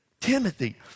Timothy